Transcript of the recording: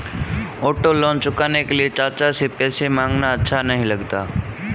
auto loan चुकाने के लिए चाचा से पैसे मांगना अच्छा नही लगता